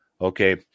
okay